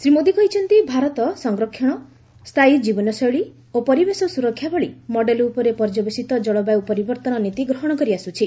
ଶ୍ରୀ ମୋଦି କହିଛନ୍ତି ଭାରତ ସଂରକ୍ଷଣ ସ୍ଥାୟୀ ଜୀବନଶୈଳୀ ଓ ପରିବେଶ ସୁରକ୍ଷା ଭଳି ମଡେଲ ଉପରେ ପର୍ଯ୍ୟବେଶିତ କଳବାୟୁ ପରିବର୍ତ୍ତନ ନୀତି ଗ୍ରହଣ କରି ଆସୁଛି